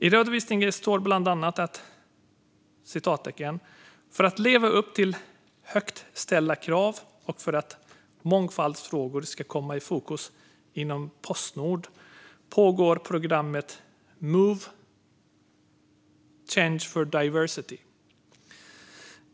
I redovisningen står bland annat att: "För att leva upp till högt ställda krav och för att mångfaldsfrågorna ska komma i fokus inom Postnord pågår programmet Move - Change for Diversity.